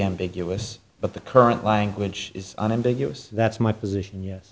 ambiguous but the current language is unambiguous that's my position yes